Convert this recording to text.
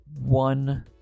one